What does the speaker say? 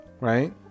right